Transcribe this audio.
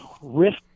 risk